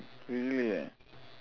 really ah